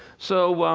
so,